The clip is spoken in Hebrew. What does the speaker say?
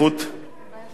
ולהגנת הסביבה,